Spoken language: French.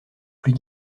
plus